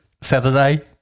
Saturday